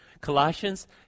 Colossians